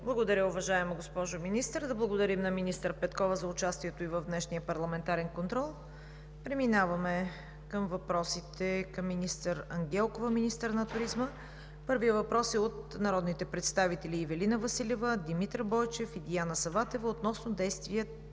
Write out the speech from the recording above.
Благодаря, уважаема госпожо Министър. Да благодарим на министър Петкова за участието ѝ в днешния парламентарен контрол. Преминаваме към въпросите към министър Ангелкова – министър на туризма. Първият въпрос е от народните представители Ивелина Василева, Димитър Бойчев и Диана Саватева относно действия